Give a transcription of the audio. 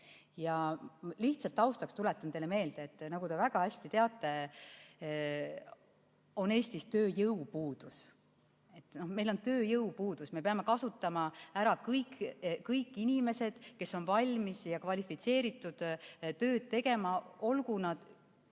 Ja lihtsalt taustaks tuletan teile meelde, et nagu te väga hästi teate, Eestis on tööjõupuudus. Meil on tööjõupuudus, me peame kasutama ära kõik inimesed, kes on valmis ja kvalifitseeritud teatud tööd tegema, olgu nad